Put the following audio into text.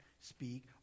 speak